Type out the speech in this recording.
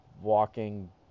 walking